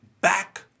back